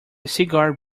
cigar